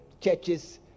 churches